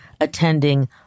attending